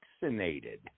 vaccinated